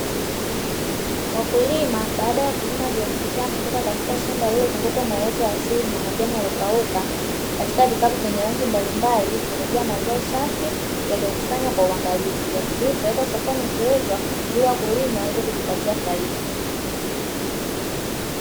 Wakulima baada ya kuvuna viazi vitamu kutoka katika shamba lililozungukwa na uoto wa asili na majani yaliyo kauka, katika vikapo vyenye rangi mbalimbali vimejaa mazao safi yaliyokusanywa kwa uwangalifu yakisubilia kupelekwa sokoni kuuzwa ili wakulima waweze kujipatia faida.